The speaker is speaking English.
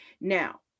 Now